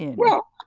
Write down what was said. well,